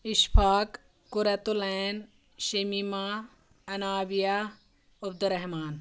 Ishfaq Furat ul Ain Shamima Anaviya Abdul Rahman